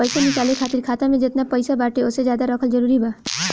पईसा निकाले खातिर खाता मे जेतना पईसा बाटे ओसे ज्यादा रखल जरूरी बा?